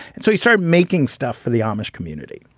and so he started making stuff for the amish community.